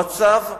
המצב,